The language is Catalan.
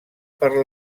per